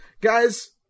Guys